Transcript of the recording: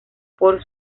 por